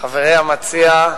המציע,